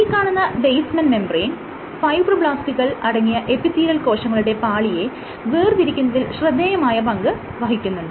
ഈ കാണുന്ന basement membrane ഫൈബ്രോബ്ലാസ്റ്റുകൾ അടങ്ങിയ എപ്പിത്തീലിയൽ കോശങ്ങളുടെ പാളിയെ വേർതിരിക്കുന്നതിൽ ശ്രദ്ധേയമായ പങ്ക് വഹിക്കുന്നുണ്ട്